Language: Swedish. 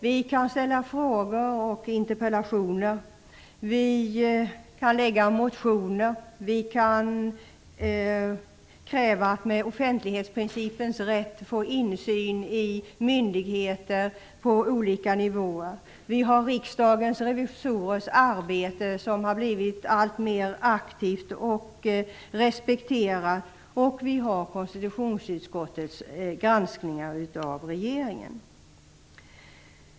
Vi kan ställa frågor och interpellationer, vi kan väcka motioner och vi kan med offentlighetsprincipens hjälp kräva att få insyn i myndigheters verksamhet på olika nivåer. Därtill kommer riksdagens revisorers arbete, som har blivit alltmer aktivt och respekterat, och konstitutionsutskottets granskningar av regeringen.